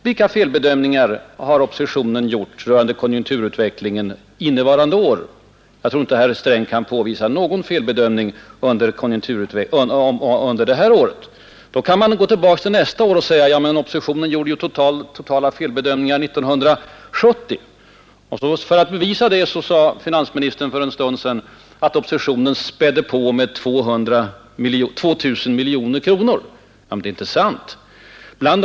— Vilka felbedömningar har oppositionen gjort rörande konjunkturutvecklingen innevarande år? Jag tror inte att herr Sträng kan påvisa någon enda sådan felbedömning under det här året. Man kan då gå tillbaka till föregående år och påstå att oppositionen hade fel 1970. För att styrka detta påstående sade finansministern för en stund sedan att oppositionen spädde på med 2 000 miljoner kronor i ökade statsutgifter.